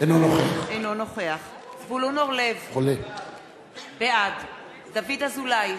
אינו נוכח זבולון אורלב, בעד דוד אזולאי,